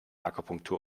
akupunktur